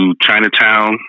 Chinatown